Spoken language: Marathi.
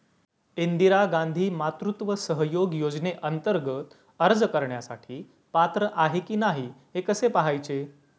इंदिरा गांधी मातृत्व सहयोग योजनेअंतर्गत अर्ज करण्यासाठी पात्र आहे की नाही हे कसे पाहायचे?